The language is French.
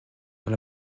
dans